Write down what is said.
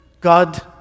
God